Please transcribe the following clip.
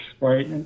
right